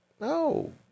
no